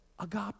Agape